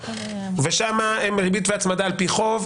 שם הריבית וההצמדה על פי חוזה,